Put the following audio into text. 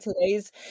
today's